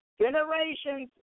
Generations